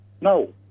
No